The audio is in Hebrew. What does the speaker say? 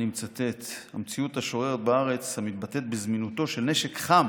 אני מצטט: "המציאות השוררת בארץ המתבטאת בזמינותו של נשק חם